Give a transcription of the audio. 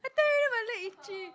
I tell you my leg itchy